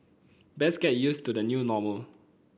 best get used to the new normal